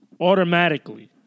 Automatically